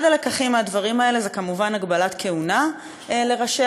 אחד הלקחים מהדברים האלה זה כמובן הגבלת כהונה לראשי